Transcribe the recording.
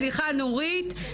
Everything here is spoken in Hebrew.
סליחה, נורית.